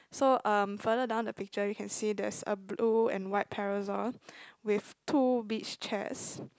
so um further down the picture you can see there's a blue and white parasol with two beach chairs